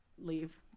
Leave